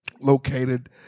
Located